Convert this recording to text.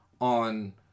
on